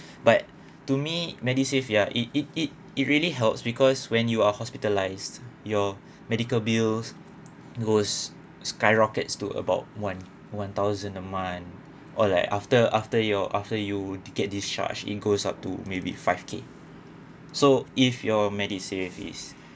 but to me medisave ya it it it it really helps because when you are hospitalized your medical bills goes skyrockets to about one one thousand a month or like after after your after you get discharged it goes up to maybe five k so if your medisave is